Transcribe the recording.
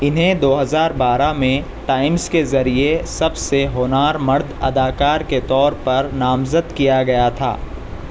انہیں دو ہزار بارہ میں ٹائمز کے ذریعے سب سے ہونہار مرد اداکار کے طور پر نامزد کیا گیا تھا